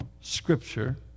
Scripture